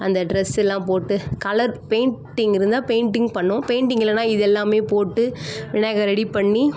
அந்த ட்ரெஸ்ஸெல்லாம் போட்டு கலர் பெயிண்ட்டிங் இருந்தால் பெயிண்டிங் பண்ணுவோம் பெயிண்டிங் இல்லைன்னா இது எல்லாமே போட்டு விநாயகரை ரெடி பண்ணி